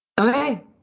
okay